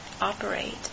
operate